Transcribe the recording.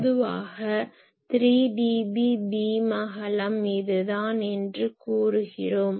பொதுவாக 3 dB beam அகலம் இதுதான் என்று கூறுகிறோம்